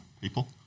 people